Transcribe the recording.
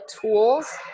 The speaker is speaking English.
tools